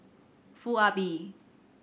Foo Ah Bee